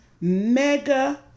mega